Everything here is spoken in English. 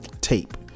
tape